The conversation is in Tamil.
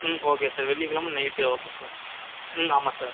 ம் ஓகே சார் வெள்ளிக்கிழம நைட் ஓகே சார் ம் ஆமாம் சார்